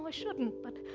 ah shouldn't but